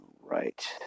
Right